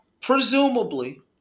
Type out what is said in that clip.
Presumably